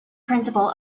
principal